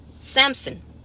Samson